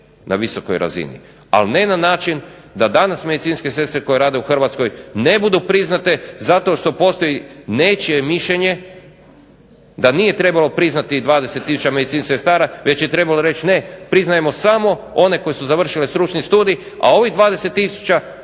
na visokoj razini, ali ne način da danas medicinske sestre koje rade u Hrvatskoj ne budu priznate, zato što postoji nečije mišljenje da nije trebalo priznati 20 tisuća medicinskih sestara, već je trebalo reći ne priznajemo samo one koje su završile stručni studij, a ovih 20